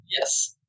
Yes